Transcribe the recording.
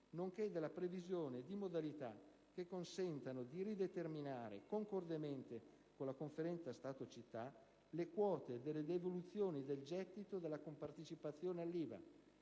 nonché della previsione di modalità che consentano di rideterminare, concordemente con la Conferenza Stato-Città, le quote delle devoluzioni del gettito della compartecipazione all'IVA: